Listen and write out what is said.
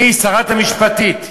היא שרת המשפטים.